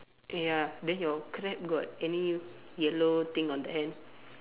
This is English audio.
ya then your crab got any yellow thing on the hand